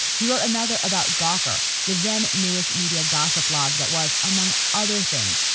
he wrote another about gawker, the then newish media gossip blog that was, among other things,